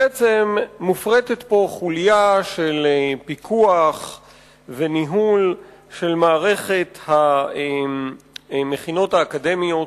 בעצם מופרטת פה חוליה של פיקוח וניהול של מערכת המכינות האקדמיות.